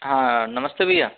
हाँ नमस्ते भैया